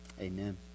amen